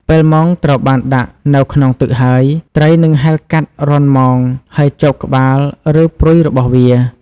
ពេលមងត្រូវបានដាក់នៅក្នុងទឹកហើយ ត្រីនឹងហែលកាត់រន្ធមងហើយជាប់ក្បាលឬព្រុយរបស់វា។